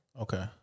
Okay